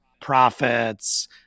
profits